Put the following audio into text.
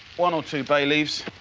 one or two bay leaves.